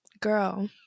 girl